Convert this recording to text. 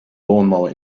lawnmower